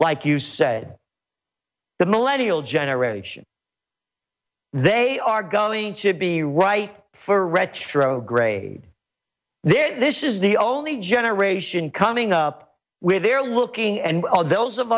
like you said the millennial generation they are going to be right for retro grade there this is the only generation coming up with they're looking and all those of